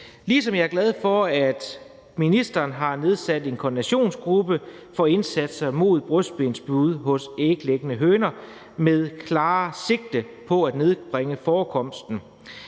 ligesom jeg er glad for, at ministeren har nedsat en koordinationsgruppe for indsatser mod brystbensbrud hos æglæggende høner med det klare sigte at nedbringe forekomsten.